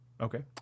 Okay